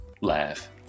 laugh